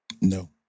No